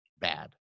Bad